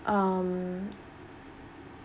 um